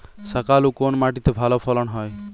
শাকালু কোন মাটিতে ভালো ফলন হয়?